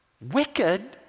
Wicked